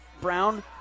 Brown